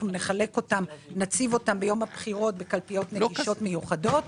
אנחנו נציב אותם ביום הבחירות בקלפיות נגישות מיוחדות